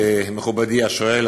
מכובדי השואל,